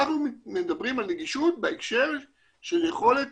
אנחנו מדברים על נגישות בהקשר של יכולת